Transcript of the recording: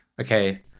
okay